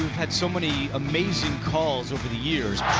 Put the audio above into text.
had so many amazing calls over the years.